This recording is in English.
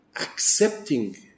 accepting